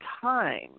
time